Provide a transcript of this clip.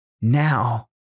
now